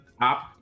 top